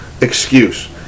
excuse